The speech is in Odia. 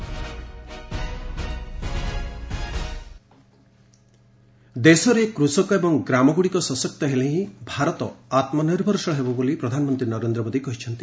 ମନ୍ କି ବାତ୍ ଦେଶରେ କୃଷକ ଏବଂ ଗ୍ରାମଗୁଡିକ ସଶକ୍ତ ହେଲେ ହିଁ ଭାରତ ଆତ୍ମନିର୍ଭରଶୀଳ ହେବ ବୋଳି ପ୍ରଧାନମନ୍ତ୍ରୀ ନରେନ୍ଦ୍ର ମୋଦି କହିଛନ୍ତି